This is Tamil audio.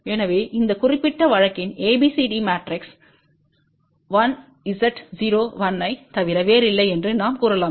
எனவே இந்த குறிப்பிட்ட வழக்கின் ABCD மேட்ரிக்ஸ் 1 Z 0 1 ஐத் தவிர வேறில்லை என்று நாம் கூறலாம்